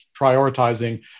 prioritizing